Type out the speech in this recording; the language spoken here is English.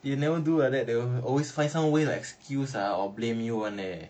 you never do like that they will always find some way or excuse ah to blame you [one] leh